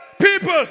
People